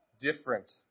Different